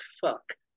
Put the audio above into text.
fuck